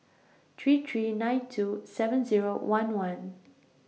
three three nine two seven Zero one one